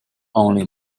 only